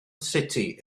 city